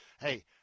Hey